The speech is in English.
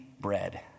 bread